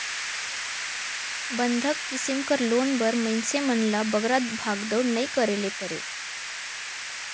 बंधक किसिम कर लोन बर मइनसे मन ल बगरा भागदउड़ नी करे ले परे